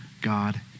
God